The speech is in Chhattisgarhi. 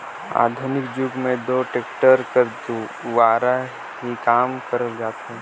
आधुनिक जुग मे दो टेक्टर कर दुवारा ही काम करल जाथे